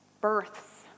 births